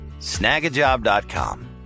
Snagajob.com